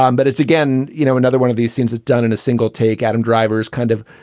um but it's again. you know, another one of these scenes is done in a single take, adam, drivers kind of,